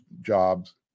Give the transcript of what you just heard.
jobs